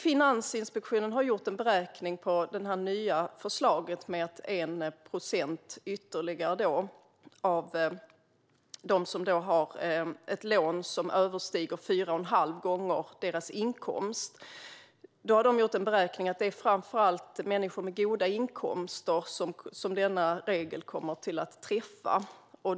Finansinspektionen har gjort en beräkning av det nya förslaget om amortering med 1 procent ytterligare för dem som har ett lån som överstiger fyra och en halv gånger deras inkomst, som visar att det framför allt är människor med goda inkomster som denna regel kommer att träffa.